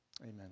Amen